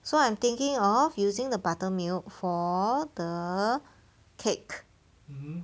so I'm thinking of using the buttermilk for the cake